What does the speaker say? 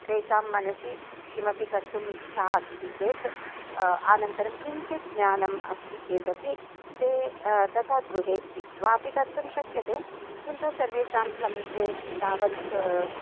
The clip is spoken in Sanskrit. तेषां मनसि किमपि कर्तुम् इच्छा अस्ति चेत् अनन्तरं किञ्चित् ज्ञानम् अस्ति चेदपि ते तथा गृहे स्थित्वापि कर्तुं शक्यते किन्तु सर्वेषां समीपे तावत्